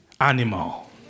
animal